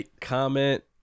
comment